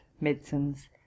medicines